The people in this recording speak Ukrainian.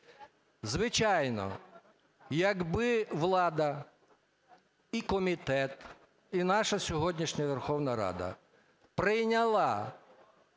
Звичайно, якби влада і комітет, і наша сьогоднішня Верховна Рада прийняла